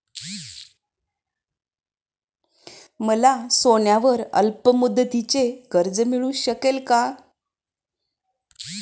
मला सोन्यावर अल्पमुदतीचे कर्ज मिळू शकेल का?